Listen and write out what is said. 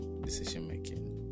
decision-making